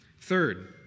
Third